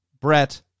Brett